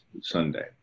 Sunday